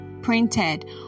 printed